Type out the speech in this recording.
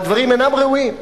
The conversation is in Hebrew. והדברים אינם ראויים,